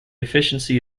efficiency